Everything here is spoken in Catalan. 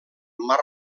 mar